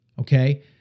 Okay